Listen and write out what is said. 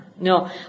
No